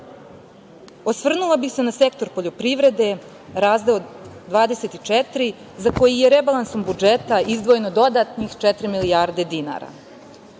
osvrnula bih se na sektor poljoprivrede, razdeo 24, za koji je rebalansom budžeta izdvojeno dodatnih četiri milijarde dinara.O